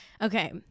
okay